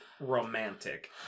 Romantic